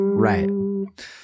Right